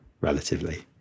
relatively